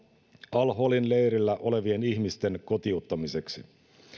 al holin leirillä olevien ihmisten kotiuttamiseksi